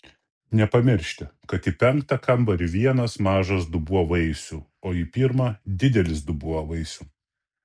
nepamiršti kad į penktą kambarį vienas mažas dubuo vaisių o į pirmą didelis dubuo vaisių